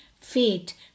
fate